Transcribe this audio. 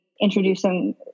introducing